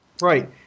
right